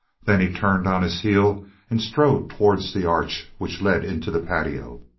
then he turned on his heel and strode towards the arch which led into the patio.